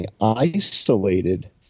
isolated